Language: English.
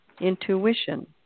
intuition